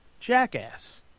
jackass